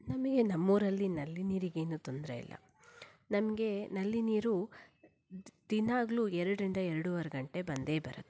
ನಮಗೆ ನಮ್ಮ ಊರಲ್ಲಿ ನಲ್ಲಿ ನೀರಿಗೇನೂ ತೊಂದರೆಯಿಲ್ಲ ನಮಗೆ ನಲ್ಲಿ ನೀರು ದಿನಾಗಲೂ ಎರಡರಿಂದ ಎರಡೂವರೆ ಗಂಟೆ ಬಂದೇ ಬರುತ್ತೆ